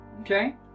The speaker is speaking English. Okay